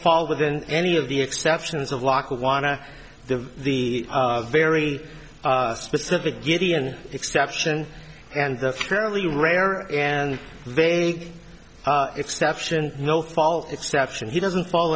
fall within any of the exceptions of lackawanna the the very specific gideon exception and the fairly rare and vague exception will fall exception he doesn't fall